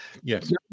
Yes